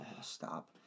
stop